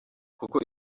kuko